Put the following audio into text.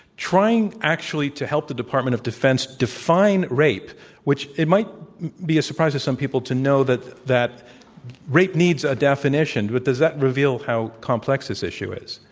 trying, actually, to help the department of defense define rape which, it might be a surprise to some people to know that that rape needs a definition. but does that reveal how complex this issue is?